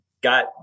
got